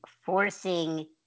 forcing